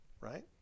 Right